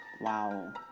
wow